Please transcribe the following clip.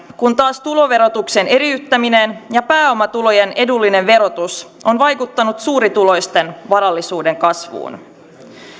kun taas tuloverotuksen eriyttäminen ja pääomatulojen edullinen verotus on vaikuttanut suurituloisten varallisuuden kasvuun